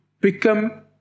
become